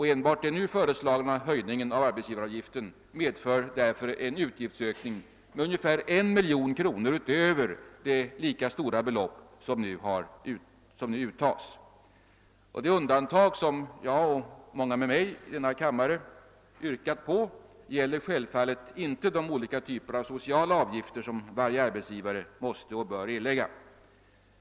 Den nu föreslagna höjningen av arbetsgivaravgiften medför därför en utgiftsåkning med ungefär 1 miljon utöver det ika stora belopp som nu uttas. Det undantag som jag och många med mig i denna kammare yrkar gäller självfallet inte de olika typer av sociala avgifter som varje arbetsgivare måste och bör erlägga.